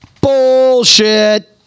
Bullshit